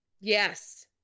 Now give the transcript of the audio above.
Yes